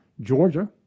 Georgia